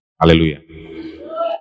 Hallelujah